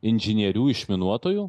inžinierių išminuotojų